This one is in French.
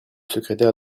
secrétaire